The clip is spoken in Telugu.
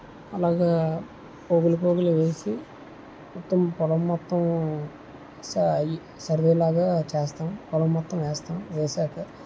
అలాగా పోగులు పోగులు వేసి మొత్తం పొలం మొత్తం సా ఈ సర్వే లాగా చేస్తాము పొలం మొత్తం వేస్తాము వేసాక